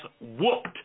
whooped